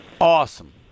Awesome